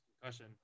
concussion